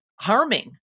harming